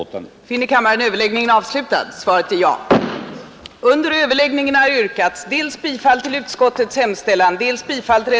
Överläggningen var härmed slutad.